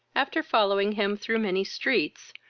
after following him through many streets,